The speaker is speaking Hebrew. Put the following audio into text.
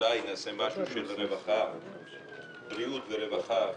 אולי נעשה משהו של בריאות ורווחה